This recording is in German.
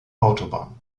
autobahn